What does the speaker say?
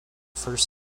first